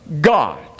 God